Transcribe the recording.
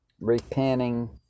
repenting